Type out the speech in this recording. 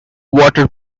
water